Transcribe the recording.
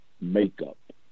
makeup